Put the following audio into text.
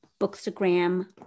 bookstagram